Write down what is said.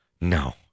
No